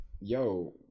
yo